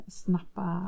snappa